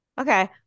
Okay